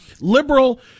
liberal